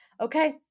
Okay